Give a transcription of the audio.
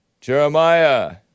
Jeremiah